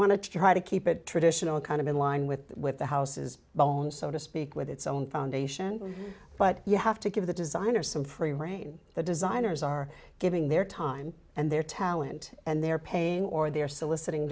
want to try to keep it traditional kind of in line with the houses bone so to speak with its own foundation but you have to give the designers some free rein the designers are giving their time and their talent and their pain or their soliciting